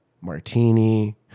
Martini